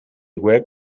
web